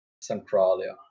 Centralia